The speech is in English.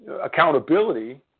accountability